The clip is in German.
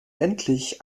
endlich